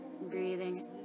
Breathing